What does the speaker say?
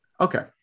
Okay